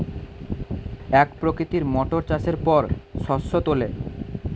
এক প্রকৃতির মোটর চাষের পর শস্য তোলে